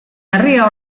herria